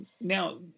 now